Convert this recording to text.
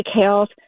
health